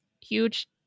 huge